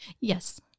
Yes